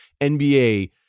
NBA